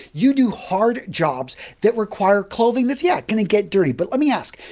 you do hard jobs that require clothing that's, yeah, going to get dirty. but let me ask,